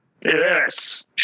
Yes